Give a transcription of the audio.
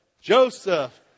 Joseph